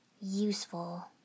useful